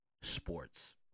sports